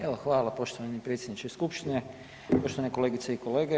Evo, hvala poštovani predsjedniče skupštine, poštovane kolegice i kolege.